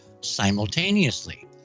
simultaneously